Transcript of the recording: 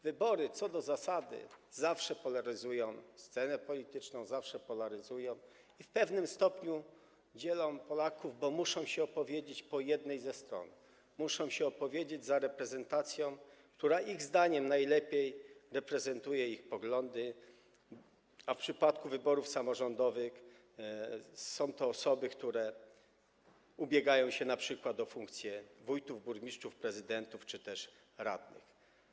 Wybory co do zasady polaryzują scenę polityczną - zawsze polaryzują - i w pewnym stopniu dzielą Polaków, bo muszą się oni opowiedzieć po jednej ze stron, muszą się opowiedzieć za reprezentacją, która ich zdaniem najlepiej reprezentuje ich poglądy, a w przypadku wyborów samorządowych są to osoby, które ubiegają się np. o funkcje wójtów, burmistrzów, prezydentów czy też radnych.